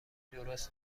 درست